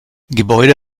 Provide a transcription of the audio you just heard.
gebäude